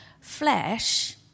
flesh